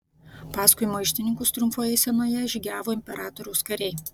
paskui maištininkus triumfo eisenoje žygiavo imperatoriaus kariai